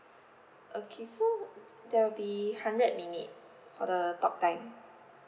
okay so there will be hundred minute for the talk time